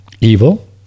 evil